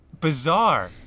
Bizarre